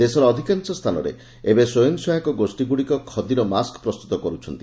ଦେଶର ଅଧିକାଂଶ ସ୍ଚାନରେ ଏବେ ସ୍ୱୟଂସହାୟକ ଗୋଷୀଗୁଡ଼ିକ ଖଦୀର ମାସ୍କ ପ୍ରସ୍ତୁତ କରୁଛନ୍ତି